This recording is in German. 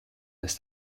ist